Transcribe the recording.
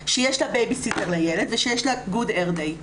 שיש לה בייביסיטר לילד ושיש לה good hair day,